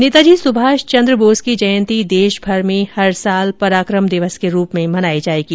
नेताजी सुभाष चन्द्र बोस की जयंती देशभर में हर साल पराकम दिवस के रूप में मनाई जाएगी